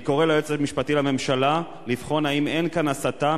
אני קורא ליועץ המשפטי לממשלה לבחון האם אין כאן הסתה.